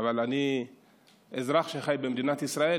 אבל אני אזרח שחי במדינת ישראל,